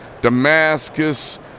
Damascus